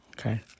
okay